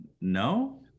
No